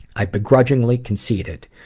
i begrudgingly conceded.